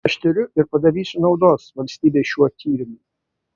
aš tiriu ir padarysiu naudos valstybei šiuo tyrimu